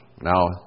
Now